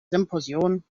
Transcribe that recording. symposion